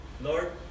Lord